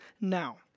now